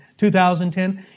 2010